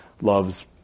loves